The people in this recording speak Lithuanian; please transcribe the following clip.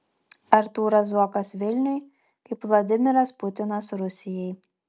artūras zuokas vilniui kaip vladimiras putinas rusijai